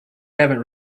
haven’t